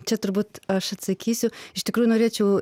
čia turbūt aš atsakysiu iš tikrųjų norėčiau